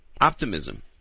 optimism